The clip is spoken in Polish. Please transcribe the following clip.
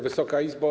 Wysoka Izbo!